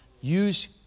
Use